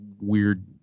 weird